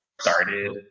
Started